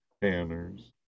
Banners